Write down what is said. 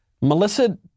Melissa